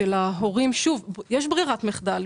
יש ברירת מחדל,